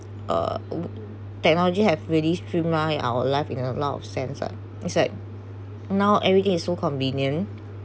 uh technology have really streamline our life in a lot of sense like it's like now everything is so convenient